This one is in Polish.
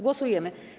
Głosujemy.